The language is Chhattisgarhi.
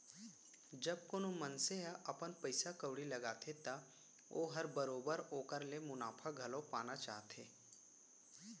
जब कोनो मनसे ह अपन पइसा कउड़ी लगाथे त ओहर बरोबर ओकर ले मुनाफा घलौ पाना चाहथे